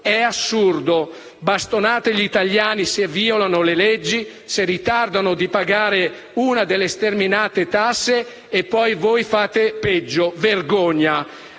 È assurdo: bastonate gli italiani se violano le leggi, se ritardano di pagare una delle sterminate tasse e poi voi fate peggio. Vergogna!